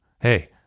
Hey